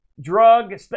drug